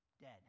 dead